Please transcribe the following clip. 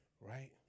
Right